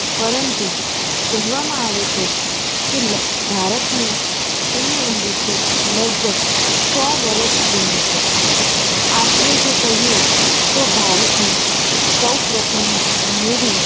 પરંતુ કહેવામાં આવે છે કે લ ભારતની ફિલ્મ ઇન્ડસ્ટ્રી લગભગ સો વર્ષ જૂની છે આશરે જો કહીએ તો ભારતની સૌ પ્રથમ મૂવી